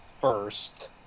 first